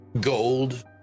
gold